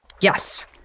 Yes